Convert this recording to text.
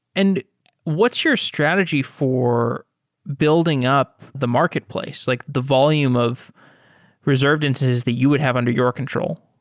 and what's your strategy for building up the marketplace? like the volume of reserved instances that you would have under your control?